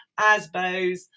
Asbos